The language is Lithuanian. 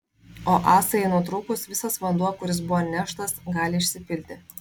o ąsai nutrūkus visas vanduo kuris buvo neštas gali išsipilti